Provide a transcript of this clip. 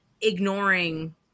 ignoring